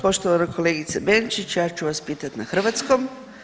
Poštovana kolegice Benčić ja ću vas pitati na hrvatskom.